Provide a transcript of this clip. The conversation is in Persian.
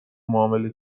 معامله